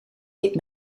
dit